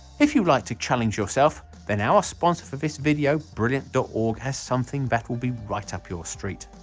if you like to challenge yourself then our sponsor for this video brilliant dot org has something that will be right up your street.